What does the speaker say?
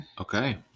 Okay